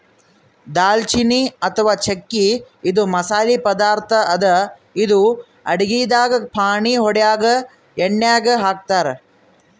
ದಾಲ್ಚಿನ್ನಿ ಅಥವಾ ಚಕ್ಕಿ ಇದು ಮಸಾಲಿ ಪದಾರ್ಥ್ ಅದಾ ಇದು ಅಡಗಿದಾಗ್ ಫಾಣೆ ಹೊಡ್ಯಾಗ್ ಎಣ್ಯಾಗ್ ಹಾಕ್ತಾರ್